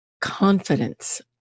confidence